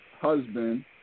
husband